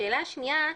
השאלה השנייה,